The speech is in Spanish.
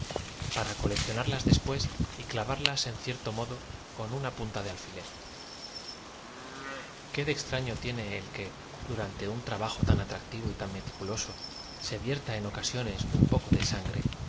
ara coleccionarlas des pués y clavarlas en cierto modo con una punta de al ñler qué de extraño tiene e l que durante un traba jo tan atractivo y tan meticuloso se vierta en ocasio nes un poco de sangre